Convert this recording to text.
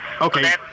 okay